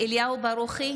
אליהו ברוכי,